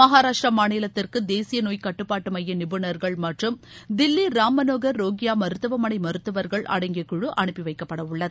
மகாராஷ்டிரா மாநிலத்திற்கு தேசிய நோய் கட்டுப்பாட்டு மைய நிபுணாகள் மற்றும் தில்லி ராம்மனோகர் ரோகியோ மருத்துவமனை மருத்துவர்கள் அடங்கிய குழு அனுப்பிவைக்கப்படவுள்ளது